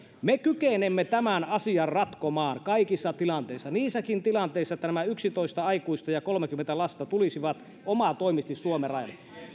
me kykenemme tämän asian ratkomaan kaikissa tilanteissa niissäkin tilanteissa että nämä yksitoista aikuista ja kolmekymmentä lasta tulisivat omatoimisesti suomen rajalle